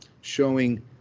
showing